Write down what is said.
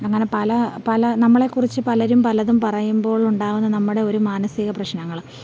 അങ്ങനെ പല പല നമ്മളെ കുറിച്ച് പലരും പലതും പറയുമ്പോഴും ഉണ്ടാകുന്ന നമ്മുടെ ഒരു മാനസിക പ്രശ്നങ്ങള്